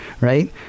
Right